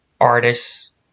artists